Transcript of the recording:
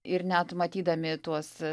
ir net matydami tuos